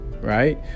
right